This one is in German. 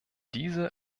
diese